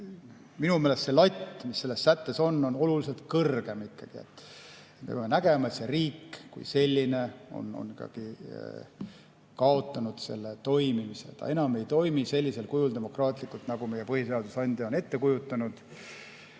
Minu meelest see latt, mis selles sättes on, on oluliselt kõrgem. Me peame nägema, et riik kui selline on kaotanud toimimis[võime], ta enam ei toimi sellisel kujul, demokraatlikult, nagu meie põhiseadusandja on ette kujutanud.